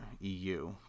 EU